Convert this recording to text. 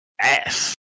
ass